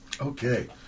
Okay